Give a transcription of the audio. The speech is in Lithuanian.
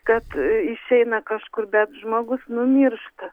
kad išeina kažkur bet žmogus numiršta